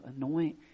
anoint